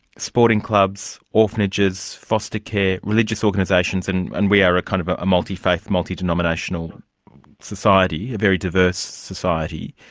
sporting clubs, orphanages, foster care, religious organisations, and and we are kind of ah a multi-faith, multi-denominational society, a very diverse society.